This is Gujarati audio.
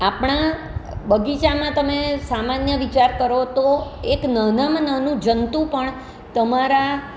આપણા બગીચામાં તમે સામાન્ય વિચાર કરો તો એક નાનામાં નાનું જંતુ પણ તમારા